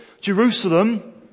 Jerusalem